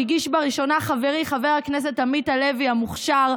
שהגיש בראשונה חברי חבר הכנסת עמית הלוי המוכשר,